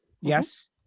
Yes